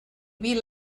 vil